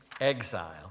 exile